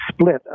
split